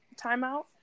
timeout